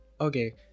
okay